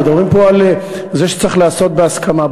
מדברים פה על זה שצריך לעשות בהסכמה.